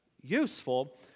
useful